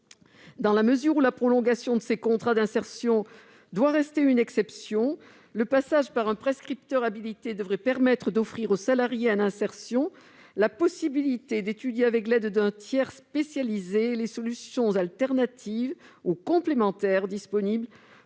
Dans la mesure où la prolongation de ces contrats d'insertion doit rester une exception, le passage par un prescripteur habilité devrait permettre d'offrir au salarié en insertion la possibilité d'étudier, avec l'aide d'un tiers spécialisé, les solutions alternatives ou complémentaires disponibles